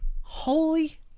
Holy